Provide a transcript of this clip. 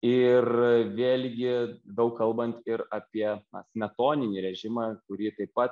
ir vėlgi daug kalbant ir apie smetoninį režimą kurį taip pat